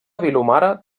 vilomara